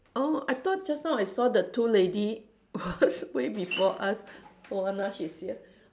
orh I thought just now I saw the two lady was way before us oh uh now she's here